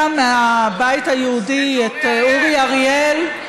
אדם מהבית היהודי, את אורי אריאל.